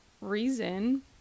reason